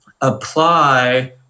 apply